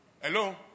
Hello